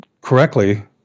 correctly